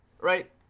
right